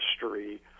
history